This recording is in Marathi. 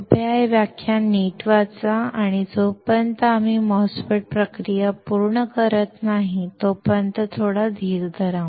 कृपया हे व्याख्यान नीट वाचा आणि जोपर्यंत आम्ही MOSFET प्रक्रिया पूर्ण करत नाही तोपर्यंत थोडा धीर धरा